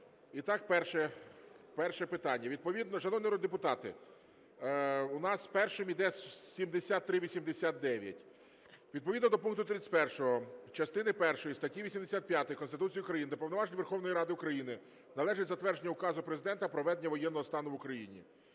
І так, перше питання. Відповідно… Шановні народні депутати, у нас першим іде 7389. Відповідно до пункту 31 частини першої статті 85 Конституції України до повноважень Верховної Ради України належить затвердження Указу Президента "Про введення воєнного стану в Україні".